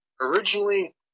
Originally